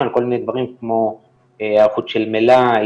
על כל מיני דברים כמו היערכות של מלאי,